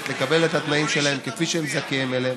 לקבל את התנאים שלהם כפי שהם זכאים להם.